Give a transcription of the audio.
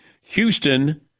Houston